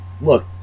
look